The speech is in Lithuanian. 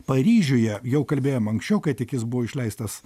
paryžiuje jau kalbėjom anksčiau kai tik jis buvo išleistas